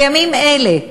בימים אלה,